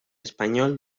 español